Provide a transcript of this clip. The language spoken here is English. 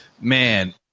man